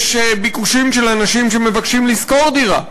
יש ביקושים של אנשים שמבקשים לשכור דירה.